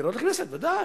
בחירות לכנסת, ודאי.